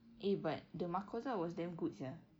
eh but the mahkota was damn good [sial]